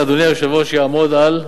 2012, אדוני היושב-ראש, יעמוד על,?